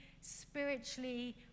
spiritually